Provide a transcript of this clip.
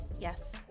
yes